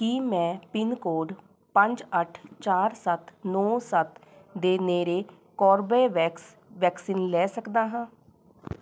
ਕੀ ਮੈਂ pin code ਪੰਜ ਅੱਠ ਚਾਰ ਸੱਤ ਨੌ ਸੱਤ ਦੇ ਨੇੜੇ ਕੋਰਬੇਵੈਕਸ ਵੈਕਸੀਨ ਲੈ ਸਕਦਾ ਹਾਂ